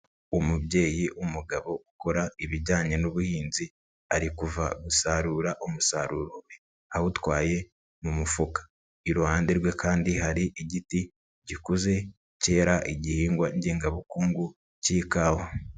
Umubyeyi w'umugabo ukora ibijyanye n'ubuhinzi, ari kuva gusarura umusaro we awutwaye mu mufuka, iruhande rwe kandi hari igiti gikuze cyera igihingwa ngengabukungu cy'ikawa.